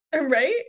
Right